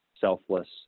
selfless